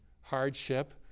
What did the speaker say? hardship